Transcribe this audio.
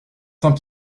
saint